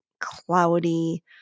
cloudy